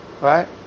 right